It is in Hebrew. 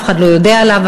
אף אחד לא יודע עליו,